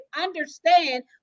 understand